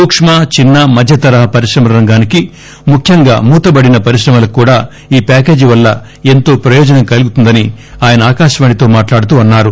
సూక్కు చిన్న మధ్య తరహా పరిశ్రమల రంగానికి ముఖ్యంగా మూతబడిన పరశ్రమలకు కూడా ఈ ప్యాకేజీ వల్ల ఎంతో ప్రయోజనం కలుగుతుందని ఆయన ఆకాశవాణితో మాట్లాడుతూ అన్నారు